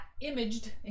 imaged